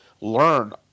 Learn